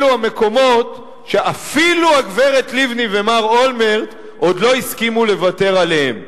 אלו המקומות שאפילו הגברת לבני ומר אולמרט עוד לא הסכימו לוותר עליהם.